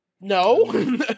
No